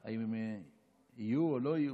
האם הם יהיו או לא יהיו?